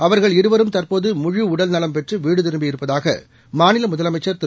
அவர்கள்இருவரும்தற்போதுமுழுஉடல்நலம்பெற்றுவீடுதிரும்பிஇருப்பதாகமாநிலமுதலமை ச்சர்திரு